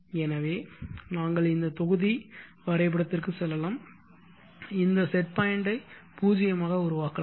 எனவே நாங்கள் இந்த தொகுதி வரைபடத்திற்குச் செல்லலாம் இந்த செட் பாயிண்ட் 0 ஐ உருவாக்கலாம்